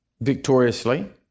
victoriously